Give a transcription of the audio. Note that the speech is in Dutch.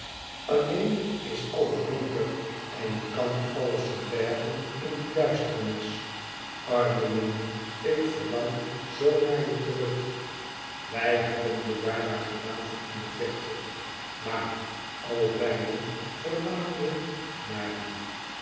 alleen is alles donker en het kan alles verbergen in die duisternis arme jongen ik verlang zoo naar je terug wij hebben je daar maar gelaten in de verte maar o beiden verlangen we naar je